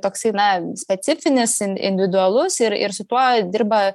toksai na specifinis individualus ir ir su tuo dirba